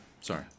sorry